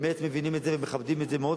באמת מבינים את זה ומכבדים את זה מאוד,